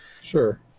Sure